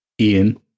Ian